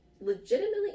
legitimately